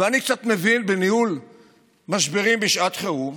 ואני קצת מבין בניהול משברים בשעת חירום,